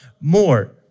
more